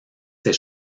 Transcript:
ses